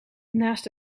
naast